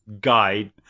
guide